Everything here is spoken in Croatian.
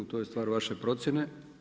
To je stvar vaše procjene.